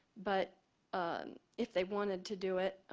but um if they wanted to do it,